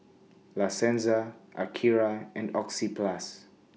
La Senza Akira and Oxyplus